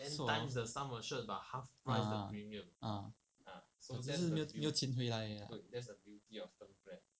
so ah ah so 只是钱回来而已 lah